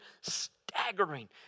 staggering